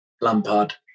Lampard